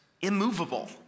immovable